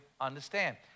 understand